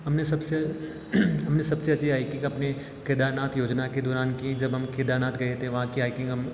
हमने सबसे हमने सबसे अच्छी हाइकिंग अपने केदारनाथ योजना के दौरान की जब हम केदारनाथ गए थे वहाँ की हाइकिंग हम